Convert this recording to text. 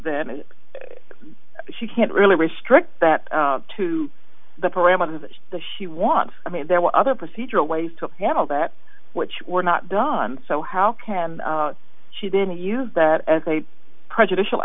that she can't really restrict that to the parameters of the she wants i mean there were other procedural ways to handle that which were not done so how can she didn't use that as a prejudicial